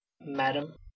madam